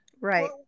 Right